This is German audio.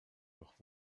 doch